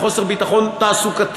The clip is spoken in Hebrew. לחוסר ביטחון תעסוקתי,